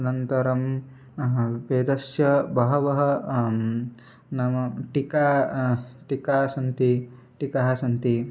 अनन्तरं वेदस्य बह्व्यः नाम टीकाः टीकाः सन्ति टीकाः सन्ति